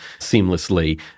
seamlessly